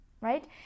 right